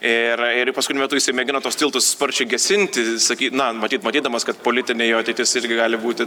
ir ir paskutiniu metu jisai mėgino tuos tiltus sparčiai gesinti saky na matyt matydamas kad politinė jo ateitis irgi gali būti